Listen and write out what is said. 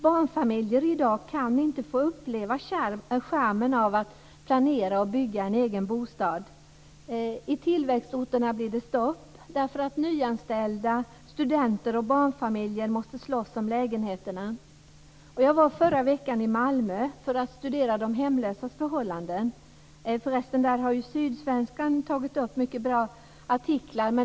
Barnfamiljer i dag kan inte få uppleva charmen i att planera och bygga en egen bostad. I tillväxtorterna blir det stopp därför att nyanställda, studenter och barnfamiljer måste slåss om lägenheterna. Jag var i Malmö förra veckan för att studera de hemlösas förhållanden. Sydsvenskan har tagit upp dem i mycket bra artiklar.